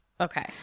Okay